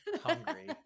hungry